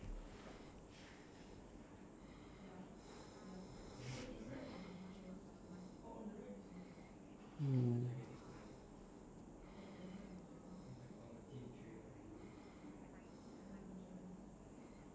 mm